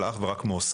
אלא אך ורק מעוסקים.